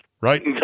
Right